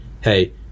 hey